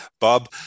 Bob